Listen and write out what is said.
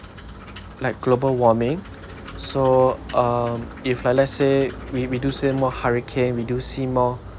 like global warming so um if like let's say we we do see more hurricane we do see more